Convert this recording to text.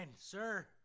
sir